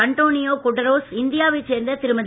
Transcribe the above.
Antonio Guterres India வைச் சேர்ந்த திருமதி